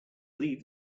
leave